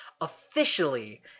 officially